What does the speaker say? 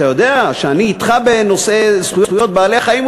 אתה יודע שאני אתך בנושא זכויות בעלי-החיים,